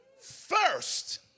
first